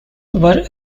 were